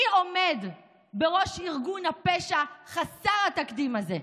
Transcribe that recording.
מי עומד בראש ארגון הפשע חסר התקדים הזה?